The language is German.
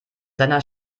seiner